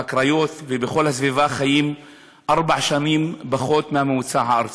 בקריות ובכל הסביבה חיים ארבע שנים פחות מהממוצע הארצי,